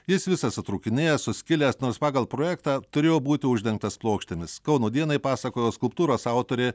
jis visas sutrūkinėjęs suskilęs nors pagal projektą turėjo būti uždengtas plokštėmis kauno dienai pasakojo skulptūros autorė